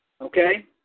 Okay